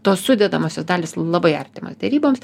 tos sudedamosios dalys labai artimos deryboms